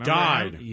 died